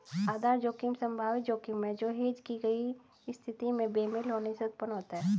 आधार जोखिम संभावित जोखिम है जो हेज की गई स्थिति में बेमेल होने से उत्पन्न होता है